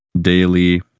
daily